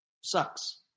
Sucks